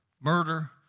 murder